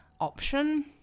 option